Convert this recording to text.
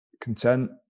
content